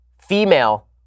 female